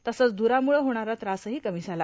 तसंच धूरामुळं होणारा त्रासही कमी झाला